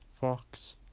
Fox